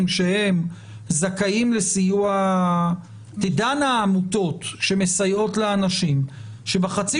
שהם זכאים לסיוע תדענה העמותות שמסייעות לאנשים שבחצי